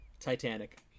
Titanic